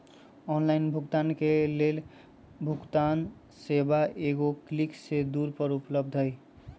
online भुगतान के लेल भुगतान सेवा एगो क्लिक के दूरी पर उपलब्ध हइ